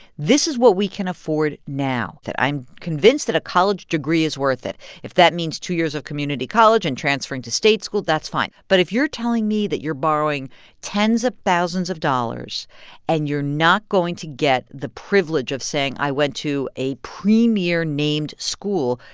this is what we can afford now. that i'm convinced that a college degree is worth it. if that means two years of community college and transferring to state school, that's fine. but if you're telling me that you're borrowing tens of thousands of dollars and you're not going to get the privilege of saying, i went to a premier-named school,